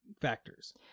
factors